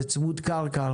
זה צמוד קרקע,